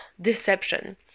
deception